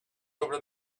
over